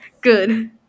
good